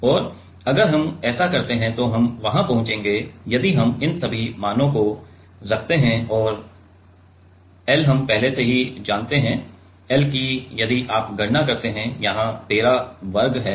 और अगर हम ऐसा करते हैं तो हम वहां पहुंचेंगे यदि हम इन सभी मूल्यों को रखते हैं और l हम पहले से ही जानते हैं l की यदि आप गणना करते हैं यहाँ 13 वर्ग हैं